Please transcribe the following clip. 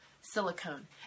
silicone